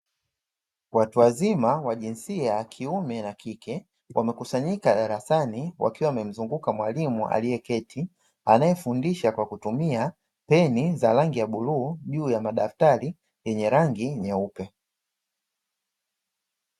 Watu wazima wa jinsia ya kiume na kike, wamekusanyika darasani wakiwa wamemzunguka mwalimu alieketi. Anaefundisha kwa kutumia peni za rangi ya bluu juu ya madaftari yenye rangi nyeupe.